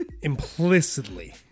implicitly